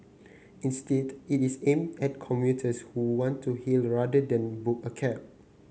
instead it is aimed at commuters who want to hail rather than book a cab